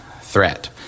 threat